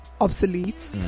obsolete